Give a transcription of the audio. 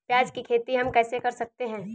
प्याज की खेती हम कैसे कर सकते हैं?